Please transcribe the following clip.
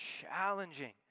challenging